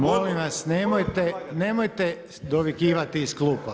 Molim vas nemojte dovikivati iz klupe.